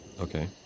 Okay